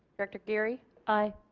director geary aye.